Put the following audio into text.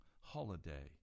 holiday